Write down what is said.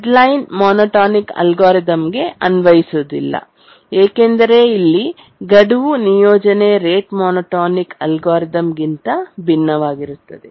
deadline monotonic algorithm ಗೆ ಅನ್ವಯಿಸುವುದಿಲ್ಲ ಏಕೆಂದರೆ ಇಲ್ಲಿ ಗಡುವು ನಿಯೋಜನೆ ರೇಟ್ ಮೋನೋಟೋನಿಕ್ ಅಲ್ಗಾರಿದಮ್ ಗಿಂತ ಭಿನ್ನವಾಗಿರುತ್ತದೆ